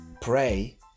Pray